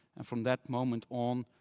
and from that moment on,